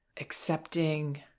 accepting